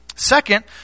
Second